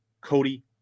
Cody